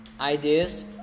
ideas